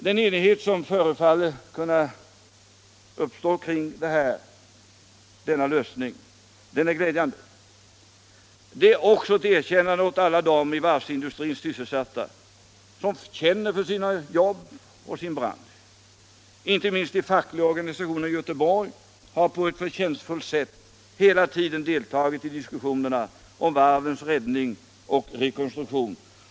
Den enighet som nu förefaller kunna uppnås om den föreslagna lösningen är glädjande. Och det är också ett erkännande åt alla de i varvsindustrin sysselsatta som känner för sina jobb och sin bransch. Inte minst de fackliga organisationerna i Göteborg har på ett förtjänstfullt sätt hela tiden deltagit i diskussionerna om varvens räddning och rekonstruktion.